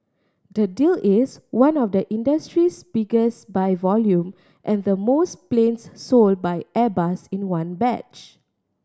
the deal is one of the industry's biggest by volume and the most planes sold by Airbus in one batch